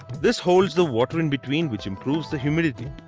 this holds the water in between which improves the humidity.